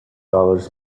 dollars